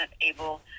able